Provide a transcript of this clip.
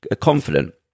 confident